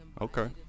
Okay